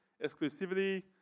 Exclusivity